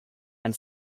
and